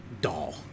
doll